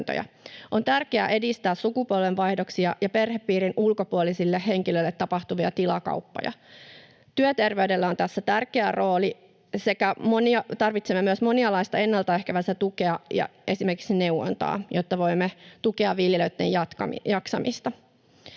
On tärkeää edistää sukupolvenvaihdoksia ja perhepiirin ulkopuolisille henkilöille tapahtuvia tilakauppoja. Työterveydellä on tässä tärkeä rooli. Tarvitsemme myös monialaista ennaltaehkäisevää tukea ja esimerkiksi neuvontaa, jotta voimme tukea viljelijöiden jaksamista.